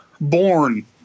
born